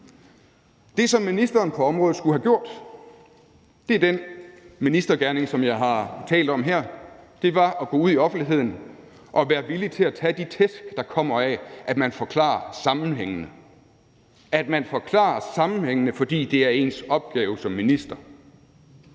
Det, som ministeren på området skulle have gjort – det er den ministergerning, som jeg har talt om her – var at gå ud i offentligheden og være villig til at tage de tæsk, der kommer af, at man forklarer sammenhængen, fordi det er ens opgave som minister.